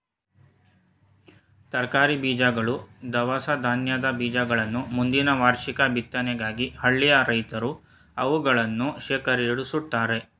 ತರಕಾರಿ ಬೀಜಗಳು, ದವಸ ಧಾನ್ಯದ ಬೀಜಗಳನ್ನ ಮುಂದಿನ ವಾರ್ಷಿಕ ಬಿತ್ತನೆಗಾಗಿ ಹಳ್ಳಿಯ ರೈತ್ರು ಅವುಗಳನ್ನು ಶೇಖರಿಸಿಡ್ತರೆ